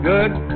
good